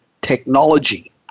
technology